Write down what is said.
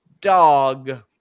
dog